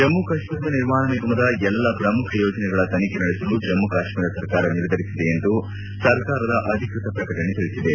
ಜಮ್ಮು ಕಾಶ್ಮೀರದ ನಿರ್ಮಾಣ ನಿಗಮದ ಎಲ್ಲ ಪ್ರಮುಖ ಯೋಜನೆಗಳ ತನಿಖೆ ನಡೆಸಲು ಜಮ್ಮು ಕಾಶ್ಮೀರ ಸರ್ಕಾರ ನಿರ್ಧರಿಸಿದೆ ಎಂದು ಸರ್ಕಾರದ ಅಧಿಕೃತ ಪ್ರಕಟಣೆ ತಿಳಿಸಿದೆ